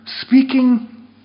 speaking